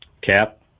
Cap